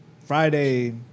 Friday